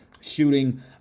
shooting